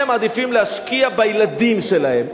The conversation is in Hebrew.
מעדיפים להשקיע בילדים שלהם,